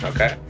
Okay